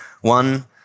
one